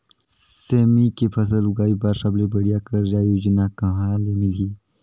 सेमी के फसल उगाई बार सबले बढ़िया कर्जा योजना कहा ले मिलही?